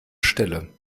stelle